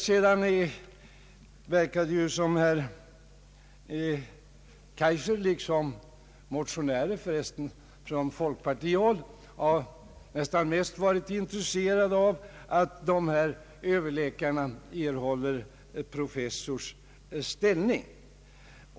Det verkade som om herr Kaijser, liksom också motionärer från folkpartihåll, nästan mest varit intresserade av att dessa överläkare erhåller professors ställning.